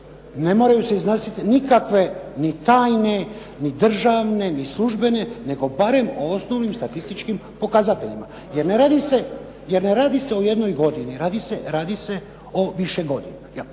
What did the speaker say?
Ne moraju se iznositi nikakve ni tajne, ni državne, ni službene nego barem o osnovnim statističkim pokazateljima. Jer ne radi se o jednoj godini, radi se o više godina,